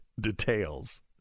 details